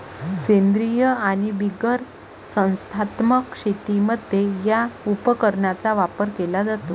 सेंद्रीय आणि बिगर संस्थात्मक शेतीमध्ये या उपकरणाचा वापर केला जातो